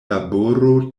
laboro